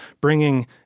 bringing